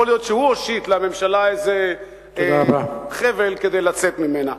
יכול להיות שהוא הושיט לממשלה איזה חבל כדי לצאת ממנה.